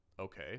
okay